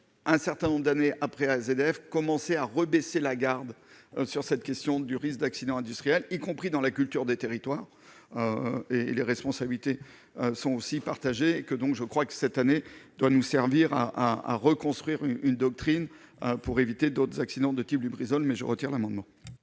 un certain nombre d'années après AZF, commencer à rebaisser la garde sur cette question du risque d'accident industriel, y compris dans la culture des territoires et les responsabilités sont aussi partagées et que donc je crois que cette année, doit nous servir à à reconstruire une doctrine pour éviter d'autres accidents de type Lubrizol mais je retire l'amendement.